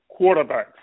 quarterbacks